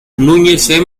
núñez